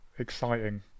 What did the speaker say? exciting